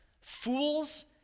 fools